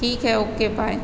ठीक है okay bye